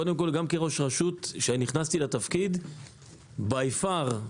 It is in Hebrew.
קודם כול, גם כראש רשות כשנכנסתי לתפקיד by far,